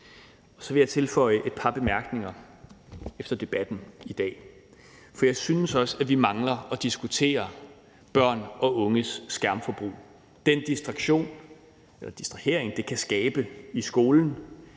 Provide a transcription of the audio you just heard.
Så vil jeg tilføje et par bemærkninger efter debatten i dag, for jeg synes også, at vi mangler at diskutere børn og unges skærmforbrug: den distraktion, det kan skabe i skolen,